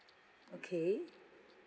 okay